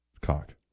Cock